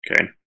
okay